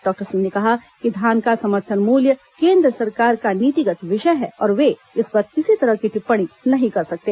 doctor Singh ने कहा कि धान का समर्थन मूल्य केंद्र सरकार का नीतिगत विषय है और वे इस पर किसी तरह की टिप्पणी नहीं कर सकते